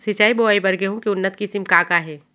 सिंचित बोआई बर गेहूँ के उन्नत किसिम का का हे??